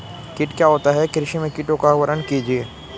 कीट क्या होता है कृषि में कीटों का वर्णन कीजिए?